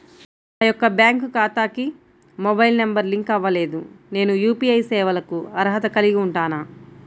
నా యొక్క బ్యాంక్ ఖాతాకి మొబైల్ నంబర్ లింక్ అవ్వలేదు నేను యూ.పీ.ఐ సేవలకు అర్హత కలిగి ఉంటానా?